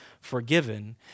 forgiven